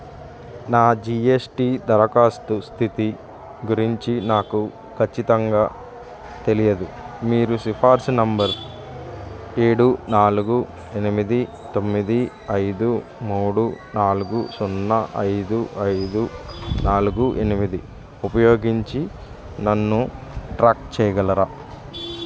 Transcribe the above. నా G S T దరఖాస్తు స్థితి గురించి నాకు ఖచ్చితంగా తెలియదు మీరు సిఫార్స్ నెంబర్ ఏడు నాలుగు ఎనిమిది తొమ్మిది ఐదు మూడు నాలుగు సున్నా ఐదు ఐదు నాలుగు ఎనిమిది ఉపయోగించి నన్ను ట్రాక్ చేయగలరా